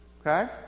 Okay